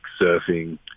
surfing